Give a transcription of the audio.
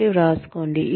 కాబట్టి వ్రాసుకోండి